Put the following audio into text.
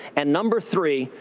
and number three,